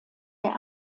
der